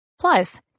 Plus